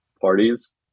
parties